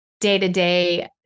day-to-day